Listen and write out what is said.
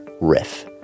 Riff